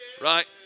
right